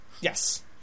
Yes